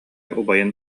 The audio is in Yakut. убайын